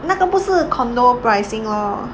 那个不是 condominium pricing lor